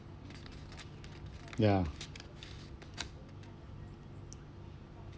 ya